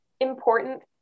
important